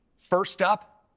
first up,